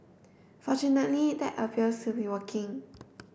fortunately that appears to be working